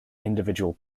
individual